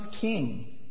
king